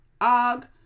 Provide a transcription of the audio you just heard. Og